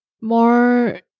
more